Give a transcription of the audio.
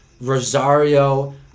Rosario